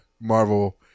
Marvel